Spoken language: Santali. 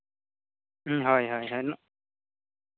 ᱦᱳᱭ ᱦᱳᱭ